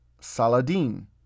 Saladin